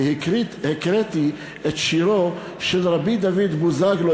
הקראתי את שירו של רבי דוד בוזגלו,